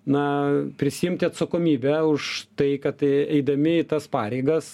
na prisiimti atsakomybę už tai kad eidami tas pareigas